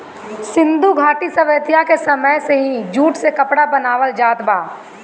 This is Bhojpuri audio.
सिंधु घाटी सभ्यता के समय से ही जूट से कपड़ा बनावल जात बा